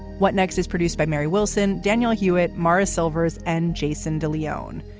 what next is produced by mary wilson. daniel hewitt, morris silvers and jason de leone.